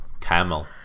Camel